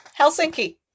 Helsinki